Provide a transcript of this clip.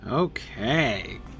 Okay